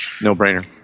no-brainer